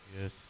Yes